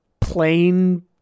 plain